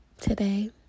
today